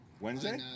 Wednesday